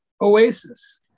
Oasis